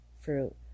fruit